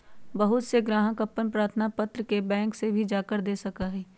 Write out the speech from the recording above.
बहुत से ग्राहक अपन प्रार्थना पत्र के बैंक में भी जाकर दे सका हई